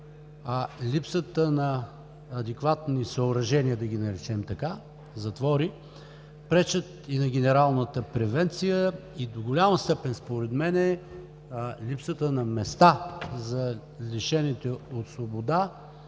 А липсата на адекватни съоръжения, да ги наречем така – затвори, пречат и на генералната превенция. Според мен липсата на места за лишените от свобода